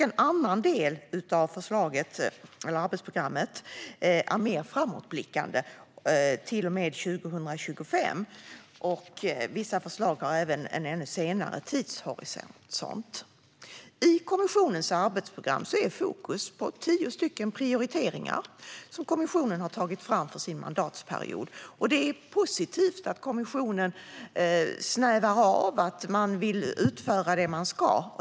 En annan del av arbetsprogrammet är mer framåtblickande till och med 2025. Vissa förslag har en ännu senare tidshorisont. I kommissionens arbetsprogram är fokus på tio prioriteringar som kommissionen har tagit fram för sin mandatperiod. Det är positivt att kommissionen snävar av och vill utföra det man ska.